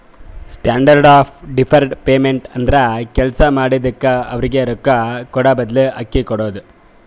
standard of deferred payment ಅಂದುರ್ ಕೆಲ್ಸಾ ಮಾಡಿದುಕ್ಕ ಅವ್ರಗ್ ರೊಕ್ಕಾ ಕೂಡಾಬದ್ಲು ಅಕ್ಕಿ ಕೊಡೋದು